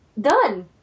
Done